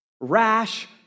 rash